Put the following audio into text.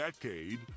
decade